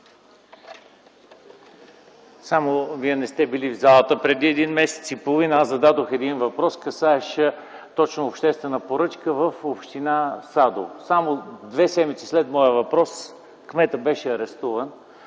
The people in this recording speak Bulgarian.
(СК): Вие не сте бил в залата преди един месец и половина. Аз зададох един въпрос, касаещ обществена поръчка в община Садово. Само две седмици след моя въпрос кметът беше арестуван,